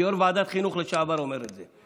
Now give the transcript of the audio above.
כיו"ר ועדת החינוך לשעבר אני אומר את זה.